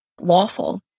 lawful